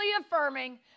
affirming